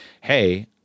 hey